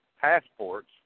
passports